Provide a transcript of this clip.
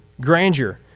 grandeur